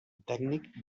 tècnic